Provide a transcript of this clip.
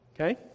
okay